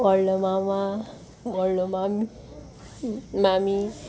व्होडलो मामा व्होडलो मामी मामी